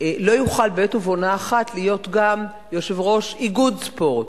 לא יוכל בעת ובעונה אחת להיות גם יושב-ראש של איגוד ספורט,